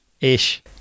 Ish